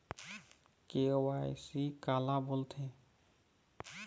KYC काला बोलथें?